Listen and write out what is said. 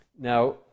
now